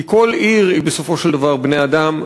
כי כל עיר היא בסופו של דבר קודם כול בני-אדם,